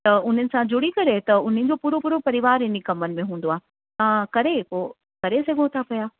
त उन्हनि सां जुड़ी करे त उन्हनि जो पूरो पूरो परिवार इन कमनि में हूंदो आहे तव्हां करे पोइ करे सघो था पिया